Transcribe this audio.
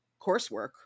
coursework